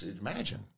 imagine